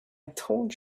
told